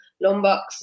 Lombok